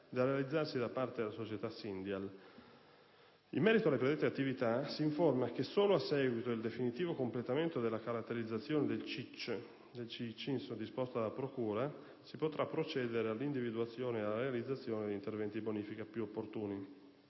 da realizzarsi da parte della società Syndial. In merito alle predette attività, si informa che, solo a seguito del definitivo completamento della caratterizzazione del CIC disposta dalla procura, si potrà procedere all'individuazione ed alla realizzazione degli interventi di bonifica più opportuni.